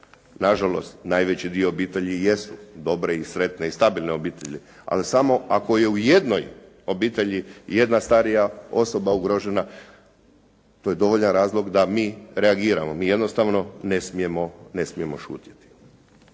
Na žalost, najveći dio obitelji jesu dobre i sretne i stabilne obitelji, ali samo ako je u jednoj obitelji jedna starija osoba ugrožena, to je dovoljan razlog da mi reagiramo. Mi jednostavno ne smijemo šutjeti.